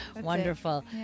Wonderful